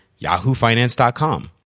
yahoofinance.com